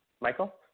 Michael